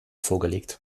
vorgelegt